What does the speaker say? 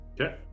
okay